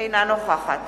אינה נוכחת